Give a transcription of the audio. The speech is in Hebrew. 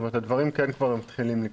זאת אומרת שהדברים כן כבר מתחילים לקרות.